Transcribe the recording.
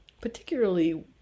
Particularly